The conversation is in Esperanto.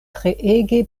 treege